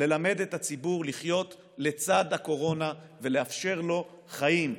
ללמד את הציבור לחיות לצד הקורונה ולאפשר לו חיים,